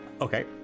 Okay